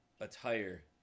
attire